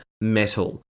metal